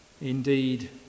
indeed